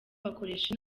bakoresha